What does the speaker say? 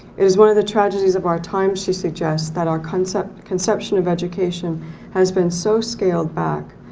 it is one of the tragedies of our time she suggests that our conception conception of education has been so scaled back,